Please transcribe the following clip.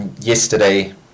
yesterday